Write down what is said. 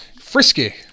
frisky